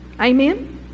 Amen